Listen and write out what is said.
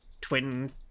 twin